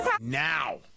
Now